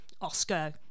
Oscar